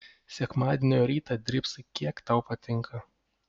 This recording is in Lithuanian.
sekmadienio rytą drybsai kiek tau patinka